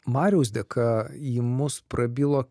mariaus dėka į mus prabilo